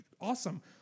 awesome